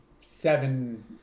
seven